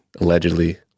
allegedly